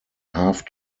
half